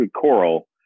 coral